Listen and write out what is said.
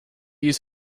use